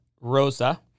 Rosa